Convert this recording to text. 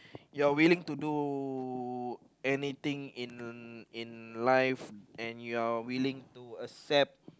you're willing to do anything in in life and you're willing to accept